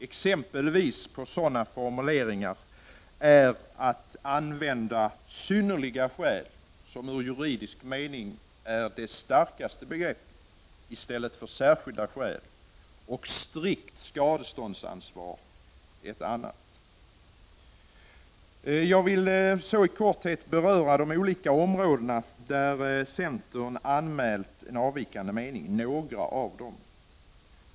Exempel härpå är att man bör använda "synnerliga skäl”, som är en skarpaste formuleringen, i stället för ”särskilda skäl”. Formuleringen "strikt skadeståndsansvar” är ett annat exempel. Jag vill så i korthet beröra några av de områden där centern anmält en avvikande mening.